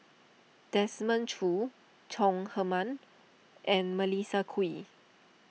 Desmond Choo Chong Heman and Melissa Kwee